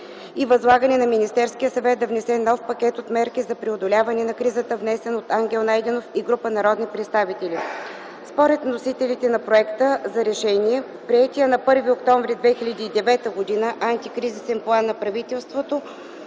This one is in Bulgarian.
и възлагане на Министерския съвет да внесе нов пакет от мерки за преодоляване на кризата, внесен от Ангел Петров Найденов и група народни представители. Според вносителите на Проекта за решение, приетият на 1 октомври 2009 г. Антикризисен план на правителството,